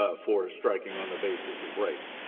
ah for striking on the basis of race.